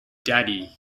daddy